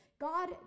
God